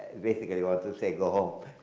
basically, what to say go home.